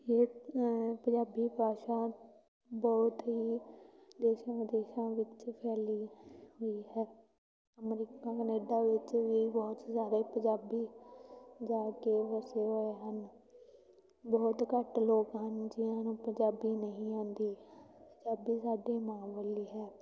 ਇਹ ਪੰਜਾਬੀ ਭਾਸ਼ਾ ਬਹੁਤ ਹੀ ਦੇਸ਼ਾਂ ਵਿਦੇਸ਼ਾਂ ਵਿੱਚ ਫੈਲੀ ਹੋਈ ਹੈ ਅਮਰੀਕਾ ਕਨੇਡਾ ਵਿੱਚ ਵੀ ਬਹੁਤ ਸਾਰੇ ਪੰਜਾਬੀ ਜਾ ਕੇ ਵਸੇ ਹੋਏ ਹਨ ਬਹੁਤ ਘੱਟ ਲੋਕ ਹਨ ਜਿਹਨਾਂ ਨੂੰ ਪੰਜਾਬੀ ਨਹੀਂ ਆਉਂਦੀ ਪੰਜਾਬੀ ਸਾਡੀ ਮਾਂ ਬੋਲੀ ਹੈ